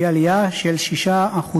והיא עלייה של 6.81%,